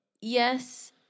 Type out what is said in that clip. Yes